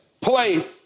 play